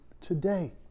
today